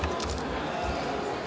Hvala.